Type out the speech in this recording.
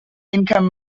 income